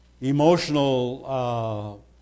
emotional